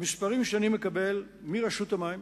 המספרים שאני מקבל מרשות המים